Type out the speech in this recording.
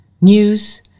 News